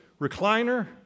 recliner